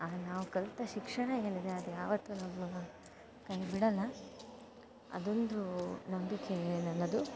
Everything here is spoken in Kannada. ನಾವು ಕಲಿತ ಶಿಕ್ಷಣ ಏನಿದೆ ಅದು ಯಾವತ್ತು ನಮ್ಮನ್ನು ಕೈ ಬಿಡಲ್ಲ ಅದೊಂದು ನಂಬಿಕೆ ನನ್ನದು